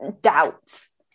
doubts